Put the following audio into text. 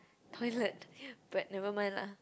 toilet but never mind lah